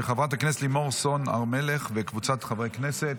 של חברת הכנסת לימור סון הר מלך וקבוצת חברי הכנסת.